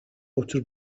учир